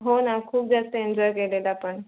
हो ना खूप जास्त एन्जॉय केलेलं आपण